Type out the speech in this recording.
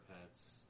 pets